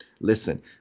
Listen